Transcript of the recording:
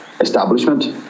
establishment